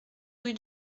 rue